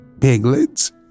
Piglets